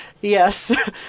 yes